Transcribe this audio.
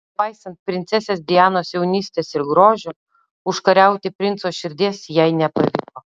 nepaisant princesės dianos jaunystės ir grožio užkariauti princo širdies jai nepavyko